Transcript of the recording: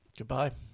Goodbye